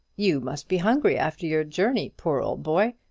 you must be hungry after your journey, poor old boy!